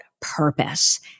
purpose